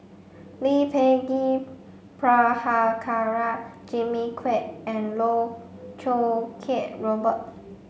Lee Peh Gee Prabhakara Jimmy Quek and Loh Choo Kiat Robert